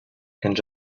ens